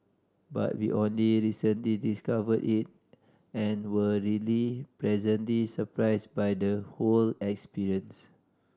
but we only recently discovered it and were really pleasantly surprised by the whole experience